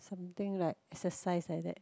something like exercise like that